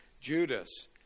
Judas